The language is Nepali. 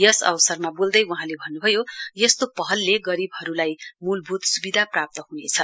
यस अवसरमा बोल्दै वहाँले भन्नुभयो यस्तो पहलले गरीबहरूलाई मूलभूत सुविधा प्राप्त हुनेछ